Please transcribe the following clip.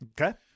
Okay